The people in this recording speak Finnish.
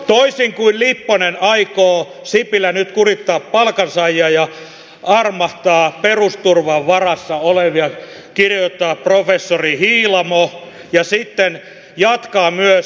toisin kuin lipponen aikoo sipilä nyt kurittaa palkansaajia ja armahtaa perusturvan varassa olevia kirjoittaa professori hiilamo ja sitten jatkaa myös